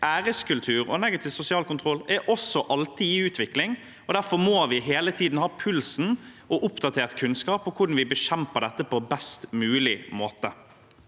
æreskultur og negativ sosial kontroll alltid er i utvikling, og derfor må vi hele tiden ta pulsen på det og ha oppdatert kunnskap om hvordan vi bekjemper dette på best mulig måte.